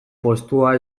postua